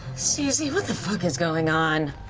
suzie, what the fuck is going on?